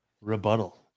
Rebuttal